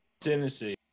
Tennessee